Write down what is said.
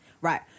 Right